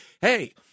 hey